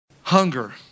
Hunger